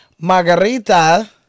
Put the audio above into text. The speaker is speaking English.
Margarita